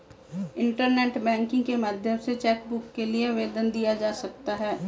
internet banking के माध्यम से चैकबुक के लिए आवेदन दिया जा सकता है